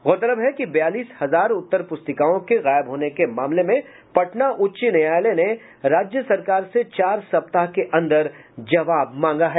गौरतलब है कि बयालीस हजार उत्तर प्रस्तिकाओं के गायब होने के मामले में पटना उच्च न्यायायल ने राज्य सरकार से चार सप्ताह के अन्दर जवाब मांगा है